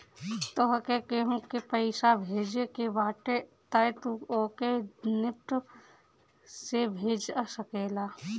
तोहके केहू के पईसा भेजे के बाटे तअ तू ओके निफ्ट से भेज सकेला